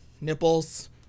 nipples